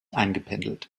eingependelt